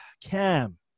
Cam